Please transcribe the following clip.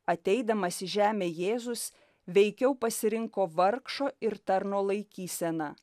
ateidamas į žemę jėzus veikiau pasirinko vargšo ir tarno laikyseną